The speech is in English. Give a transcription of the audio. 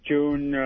June